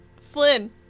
Flynn